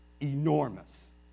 enormous